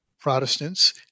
Protestants